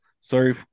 sorry